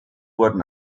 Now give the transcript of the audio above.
wurden